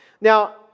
Now